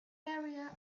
area